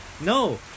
No